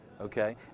Okay